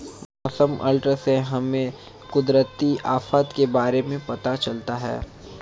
मौसम अलर्ट से हमें कुदरती आफत के बारे में पता चलता है